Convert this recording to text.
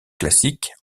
classique